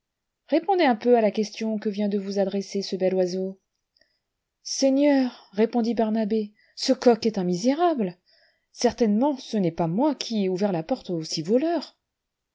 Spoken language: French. répondez un peu à la question que vient de vous adresser ce bel oiseau seigneur répondit barnabe ce coq est un misérable certainement ce n'est pas moi qui ai ouvert la porte aux six voleurs